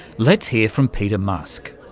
let's hear from peter musk,